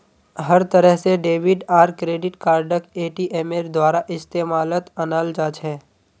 हर तरह से डेबिट आर क्रेडिट कार्डक एटीएमेर द्वारा इस्तेमालत अनाल जा छे